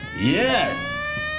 Yes